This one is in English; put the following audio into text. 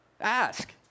Ask